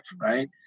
right